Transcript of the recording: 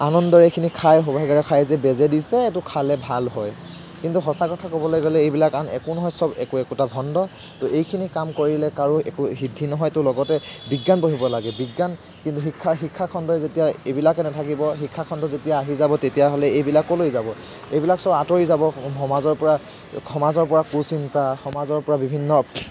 আনন্দৰে এইখিনি খায় সৌভাগ্য়ৰে খায় যে বেজে দিছে এইটো খালে ভাল হয় কিন্তু সঁচা কথা ক'বলৈ গ'লে এইবিলাক আন একো নহয় চব একো একোটা ভণ্ড তো এইখিনি কাম কৰিলে কাৰো একো সিদ্ধি নহয় তো লগতে বিজ্ঞান পঢ়িব লাগে বিজ্ঞান কিন্তু শিক্ষা শিক্ষাখণ্ডই যেতিয়া এইবিলাকে নাথাকিব শিক্ষাখণ্ড যেতিয়া আহি যাব তেতিয়াহ'লে এইবিলাকো লৈ যাব এইবিলাক চব আঁতৰি যাব সমাজৰপৰা সমাজৰপৰা কুচিন্তা সমাজৰপৰা বিভিন্ন